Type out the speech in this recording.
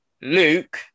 Luke